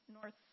North